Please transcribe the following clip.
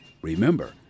remember